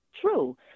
true